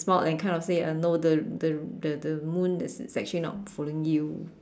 smiled and kind of say uh no the the the the moon is is actually not following you